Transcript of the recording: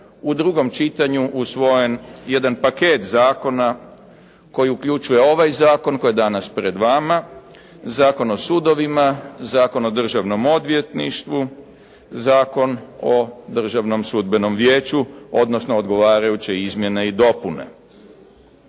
u drugom čitanju usvojen jedan paket zakona koji uključuje ovaj Zakon koji je danas pred vama, Zakon o sudovima, Zakon o državnom odvjetništvu, Zakon o državnom sudbenom vijeću odnosno odgovarajuće izmjene i dopune.